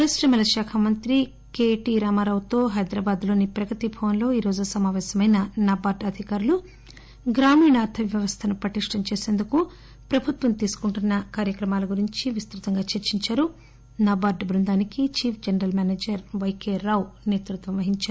పరిశ్రమల శాఖ మంత్రి కెటి రామారావుతో హైదరాబాద్లోని ప్రగతి భవన్లో ఈ రోజు సమావేశమైన నాబార్గ్ అధికారులు గ్రామీణ అర్థ వ్యవస్థను పటిష్టం చేసేందుకు ప్రభుత్వం తీసుకుంటున్న కార్భక్రమాల గురించి విస్తుతంగా చర్చించారు నా పాడు బృందానికి chief general manager Y K Rao సేతృత్వం వహించారు